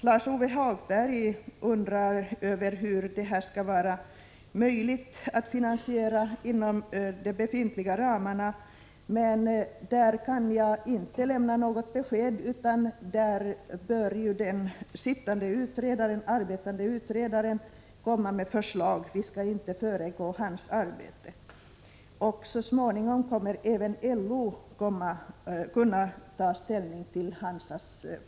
Lars-Ove Hagberg undrar hur det skall vara möjligt att finansiera detta inom de befintliga ramarna. Jag kan inte lämna något besked på den punkten, utan den arbetande utredningen bör få komma med sina förslag. Så småningom kommer även LO att kunna ta ställning till dem.